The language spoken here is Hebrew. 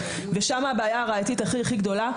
ושם הבעיה הראייתית הכי גדולה,